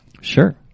Sure